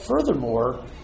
Furthermore